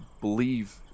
believe